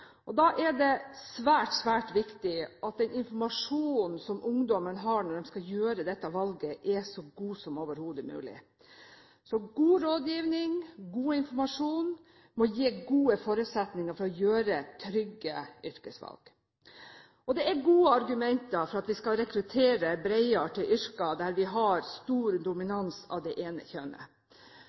livet. Da er det svært viktig at den informasjonen som ungdommen har når de skal ta dette valget, er så god som overhodet mulig. Så god rådgivning og god informasjon må gi gode forutsetninger for å ta trygge yrkesvalg. Det er gode argumenter for at vi skal rekruttere bredere til yrker der vi har stor dominans av det ene